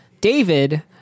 David